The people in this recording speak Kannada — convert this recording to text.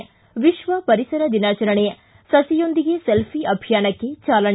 ಿ ವಿಶ್ವ ಪರಿಸರ ದಿನಾಚರಣೆ ಸಸಿಯೊಂದಿಗೆ ಸೆಲ್ಫಿ ಅಭಿಯಾನಕ್ಕೆ ಚಾಲನೆ